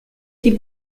die